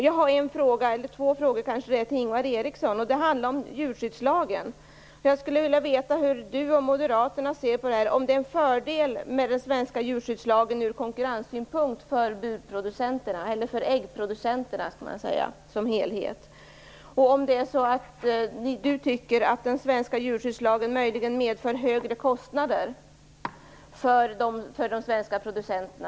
Jag har ett par frågor till Ingvar Eriksson som handlar om djurskyddslagen. Hur ser Ingvar Eriksson och moderaterna på detta med djurskyddslagen? Innebär den från konkurrenssynpunkt en fördel för äggproducenterna? Anser Ingvar Eriksson att den svenska djurskyddslagen medför ökade kostnader för de svenska äggproducenterna?